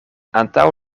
antaŭ